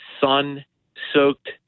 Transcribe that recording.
sun-soaked